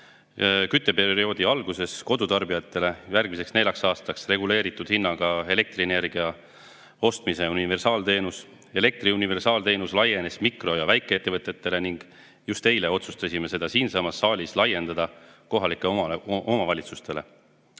kütteperioodi alguses kodutarbijatele järgmiseks neljaks aastaks reguleeritud hinnaga elektrienergia ostmise universaalteenus. Elektri universaalteenus on nüüdseks laienenud ka mikro- ja väikeettevõtetele ning just eile otsustasime siinsamas saalis laiendada seda kohalikele omavalitsustele.